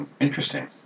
Interesting